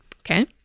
Okay